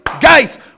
guys